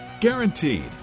Guaranteed